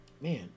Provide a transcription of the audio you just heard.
man